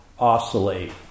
oscillate